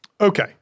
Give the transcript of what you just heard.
okay